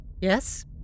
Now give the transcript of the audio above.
Yes